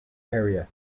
area